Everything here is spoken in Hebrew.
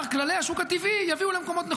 כללי השוק הטבעי יביאו למקומות נכונים.